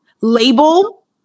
label